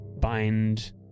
bind